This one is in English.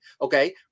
okay